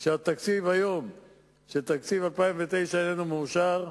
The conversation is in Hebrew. לכך שהתקציב של 2009 איננו מאושר,